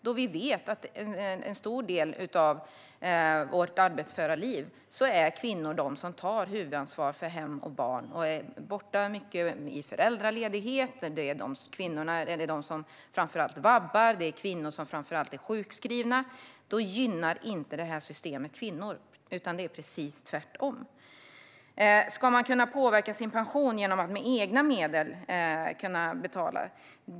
Vi vet ju att det under en stor del av våra arbetsföra liv är kvinnor som tar huvudansvar för hem och barn. De är borta mycket genom föräldraledighet, och det är framför allt kvinnor som vabbar. Det är också framför allt kvinnor som blir sjukskrivna. Detta system gynnar inte kvinnor, utan det är precis tvärtom. Ska man kunna påverka sin pension genom att betala med egna medel?